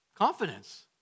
confidence